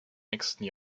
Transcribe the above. nächsten